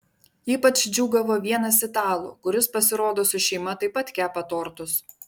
ypač džiūgavo vienas italų kuris pasirodo su šeima taip pat kepa tortus